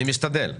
אני משתדל.